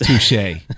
Touche